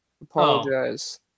apologize